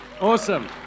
Awesome